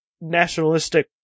nationalistic